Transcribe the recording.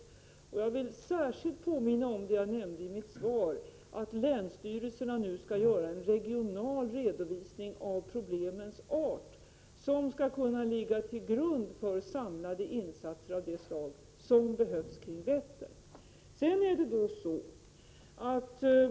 Jag vill särskilt påminna om det jag nämnde i mitt svar, nämligen att länsstyrelserna nu skall göra en regional redovisning av problemens art, en redovisning som skall ligga till grund för samlade insatser av det slag som behövs kring Vättern.